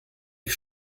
ich